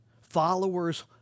followers